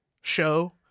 show